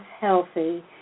healthy